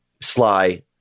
Sly